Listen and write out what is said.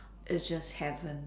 is just heaven